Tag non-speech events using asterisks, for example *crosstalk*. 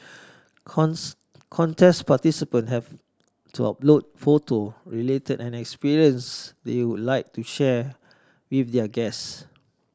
*unintelligible* contests participants have to upload photo related an experience they would like to share with their guest